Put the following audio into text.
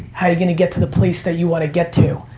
how are you gonna get to the place that you wanna get to?